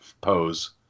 pose